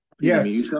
Yes